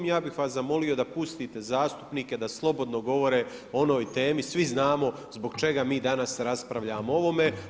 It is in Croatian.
I ja bih vas zamolio da pustite zastupnike da slobodno govore o onoj temi, svi znamo zbog čega mi danas raspravljamo o ovome.